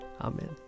Amen